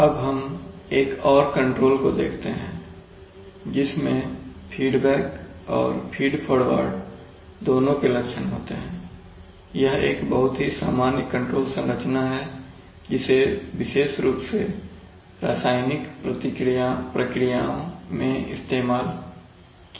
शब्द संग्रह कंट्रोल प्रवाह दर अनुपात control feedback control control stream अब हम एक और कंट्रोल को देखते हैं जिसमें फीडबैक और फीड फॉरवर्ड दोनों के लक्षण होते हैंयह एक बहुत ही सामान्य कंट्रोल संरचना है जिसे विशेष रुप से रासायनिक प्रक्रियाओं मैं इस्तेमाल किया जाता है